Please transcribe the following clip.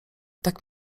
tak